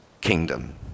kingdom